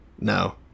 No